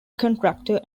contractor